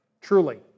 Truly